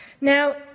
Now